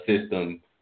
system